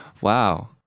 Wow